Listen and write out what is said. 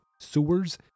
sewers